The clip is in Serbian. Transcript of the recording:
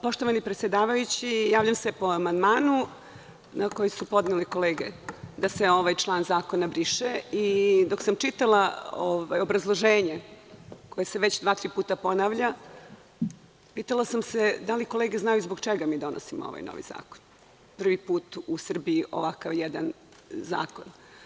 Poštovani predsedavajući, javljam se po amandmanu koji su podnele kolege da se ovaj član zakona briše i, dok sam čitala obrazloženje koje se već dva, tri puta ponavlja, pitala sam se da li kolege znaju zbog čega mi donosimo ovaj novi zakon, prvi put u Srbiji ovakav jedan zakon.